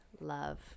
love